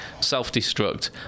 Self-destruct